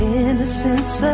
innocence